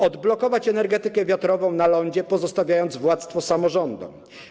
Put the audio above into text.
Odblokować energetykę wiatrową na lądzie, pozostawiając władztwo samorządom.